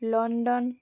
London